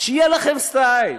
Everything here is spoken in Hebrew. שיהיה לכם סטייל,